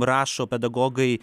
rašo pedagogai